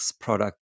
product